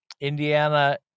Indiana